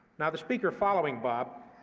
now, the speaker following bob,